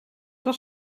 was